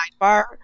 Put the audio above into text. sidebar